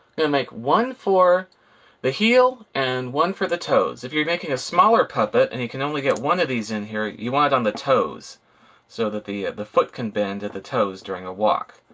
and make one for the heel and one for the toes. if you're making a smaller puppet, and you can only get one of these in here, you want it on the toes so that the the foot can bend at the toes during a walk.